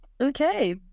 Okay